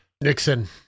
Nixon